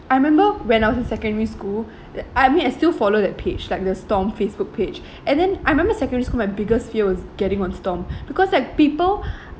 I remember when I was in secondary school that I mean I still follow that page like the stomp facebook page and then I remember secondary school my biggest fear was getting on stomp because like people